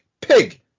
Pig